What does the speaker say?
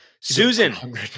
Susan